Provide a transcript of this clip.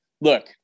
look